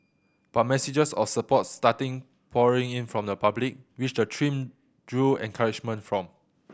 but messages of support started pouring in from the public which the team drew encouragement from